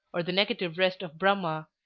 or the negative rest of brahma,